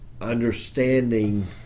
understanding